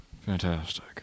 Fantastic